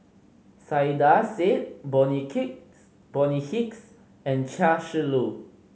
Saiedah Said Bonny Bonny Hicks and Chia Shi Lu